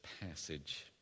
passage